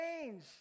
change